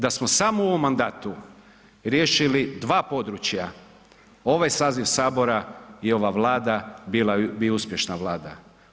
Da smo samo u ovom mandatu riješili dva područja ovaj saziv sabora i ova Vlada bila bi uspješna Vlada.